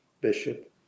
Bishop